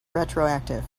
retroactive